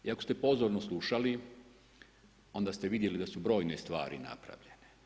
I ako ste pozorno slušali, onda ste vidjeli da su brojne stvari napravljene.